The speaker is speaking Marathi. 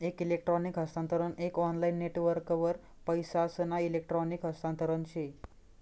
एक इलेक्ट्रॉनिक हस्तांतरण एक ऑनलाईन नेटवर्कवर पैसासना इलेक्ट्रॉनिक हस्तांतरण से